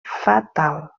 fatal